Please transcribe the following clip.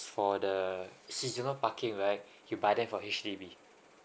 for the seasonal parking right you buy them for H_D_B